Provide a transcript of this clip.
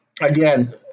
again